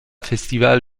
festival